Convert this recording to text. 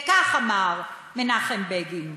וכך אמר מנחם בגין: